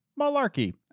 malarkey